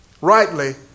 rightly